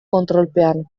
kontrolpean